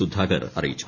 സുധാകർ അറിയിച്ചു